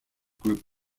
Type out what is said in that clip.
group